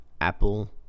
Apple